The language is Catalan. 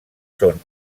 són